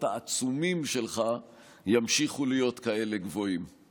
העצומים שלך ימשיכו להיות גבוהים כאלה.